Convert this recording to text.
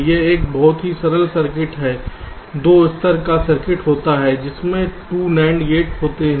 यह एक बहुत ही सरल सर्किट है 2 स्तर का सर्किट होता है जिसमें 2 NAND गेट होते हैं